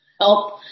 help